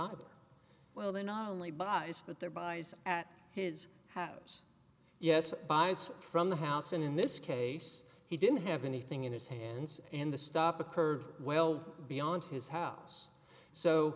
sobber well they're not only buys but they're buys at his house yes buys from the house and in this case he didn't have anything in his hands and the stop occurred well beyond his house so